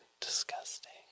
disgusting